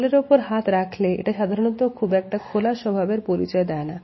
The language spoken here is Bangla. কোলের ওপর হাত রাখলে এটি সাধারণত খুব একটা খোলা স্বভাবের পরিচয় দেয়না